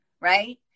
right